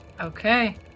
Okay